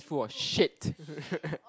full of shit